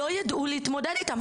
לא יידעו להתמודד איתם.